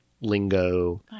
lingo